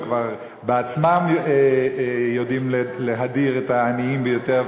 הם כבר בעצמם יודעים להדיר את העניים ביותר,